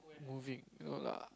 moving no lah